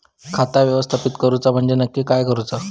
खाता व्यवस्थापित करूचा म्हणजे नक्की काय करूचा?